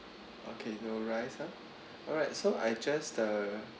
okay no rice ah alright so I just uh